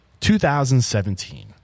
2017